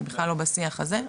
אני בכלל לא בשיח הזה.